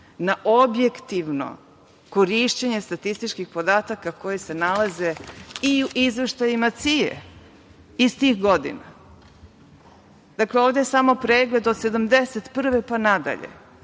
na objektivno korišćenje statističkih podataka koji se nalaze i u izveštajima CIA iz tih godina. Dakle, ovde je samo pregled od 1971. godine pa nadalje.